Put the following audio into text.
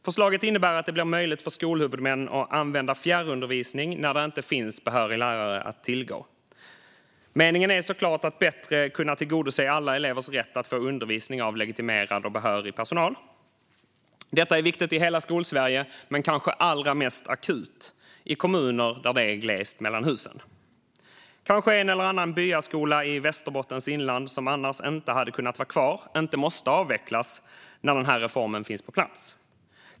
Förslaget innebär att det blir möjligt för skolhuvudmän att använda fjärrundervisning när det inte finns behörig lärare att tillgå. Meningen är såklart att bättre kunna tillgodose alla elevers rätt att få undervisning av legitimerad och behörig personal. Detta är viktigt i hela Skolsverige men kanske allra mest akut i kommuner där det är glest mellan husen. Kanske en eller annan byskola i Västerbottens inland som annars inte hade kunnat vara kvar inte behöver avvecklas när den här reformen finns på plats.